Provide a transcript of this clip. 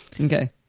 Okay